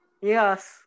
Yes